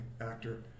actor